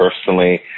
personally